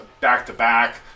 back-to-back